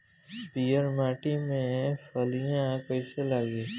पीयर माटी में फलियां कइसे लागी?